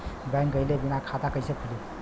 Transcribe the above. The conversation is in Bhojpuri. बैंक गइले बिना खाता कईसे खुली?